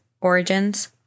origins